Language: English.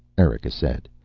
erika said.